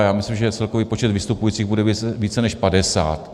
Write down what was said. Já myslím, že celkový počet vystupujících bude více než 50.